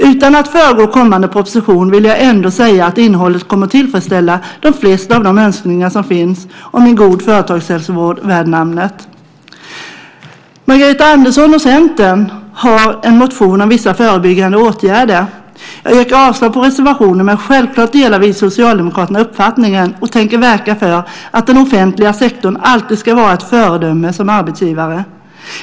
Utan att föregå kommande proposition vill jag ändå säga att innehållet kommer att tillfredsställa de flesta av de önskningar som finns om en god företagshälsovård värd namnet. Margareta Andersson och Centern har en motion om vissa förebyggande åtgärder. Jag yrkar avslag på reservationen, men självklart delar vi socialdemokrater uppfattningen och tänker verka för att den offentliga sektorn alltid ska vara ett föredöme som arbetsgivare.